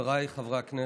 חבריי חברי הכנסת,